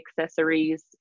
accessories